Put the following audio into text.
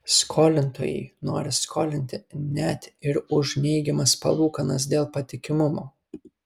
skolintojai nori skolinti net ir už neigiamas palūkanas dėl patikimumo